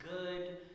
good